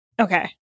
Okay